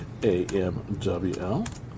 AMWL